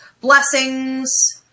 blessings